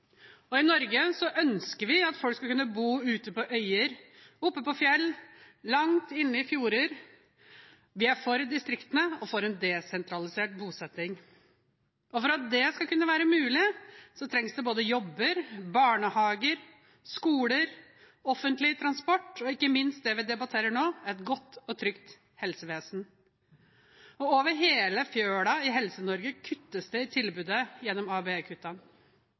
I Norge ønsker vi at folk skal kunne bo ute på øyer, oppe på fjell og langt inne i fjorder. Vi er for distriktene og for en desentralisert bosetting. For at det skal kunne være mulig, trengs det både jobber, barnehager, skoler, offentlig transport og ikke minst det vi debatterer nå: et godt og trygt helsevesen. Over hele fjøla i Helse-Norge kuttes det i tilbudet gjennom